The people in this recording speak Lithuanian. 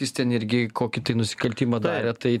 jis ten irgi kokį nusikaltimą darė tai